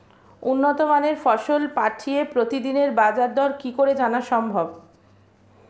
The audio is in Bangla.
উন্নত মানের ফসল পাঠিয়ে প্রতিদিনের বাজার দর কি করে জানা সম্ভব?